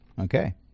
Okay